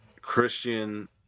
Christian